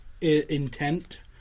intent